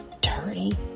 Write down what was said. dirty